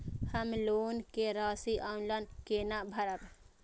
हम लोन के राशि ऑनलाइन केना भरब?